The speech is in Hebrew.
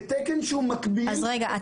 בתקן שהוא מקביל --- רגע,